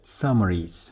summaries